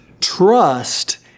Trust